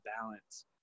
balance